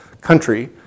country